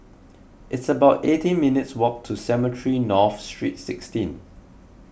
it's about eighteen minutes' walk to Cemetry North Street sixteen